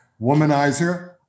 womanizer